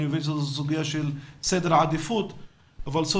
אני מבין שזו סוגיה של סדרי עדיפות אבל זו